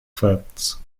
fats